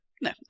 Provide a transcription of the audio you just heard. No